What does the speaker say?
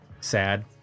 sad